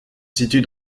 situe